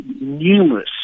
numerous